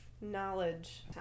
knowledge